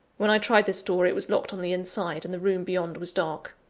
when i tried this door, it was locked on the inside, and the room beyond was dark.